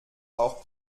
auch